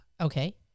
okay